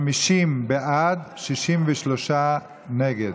50 בעד, 63 נגד.